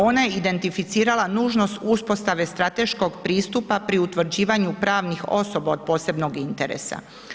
Ona je identificirala nužnost uspostave strateškog pristupa pri utvrđivanju pravnih osoba od posebnog interesa.